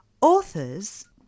Authors